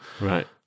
Right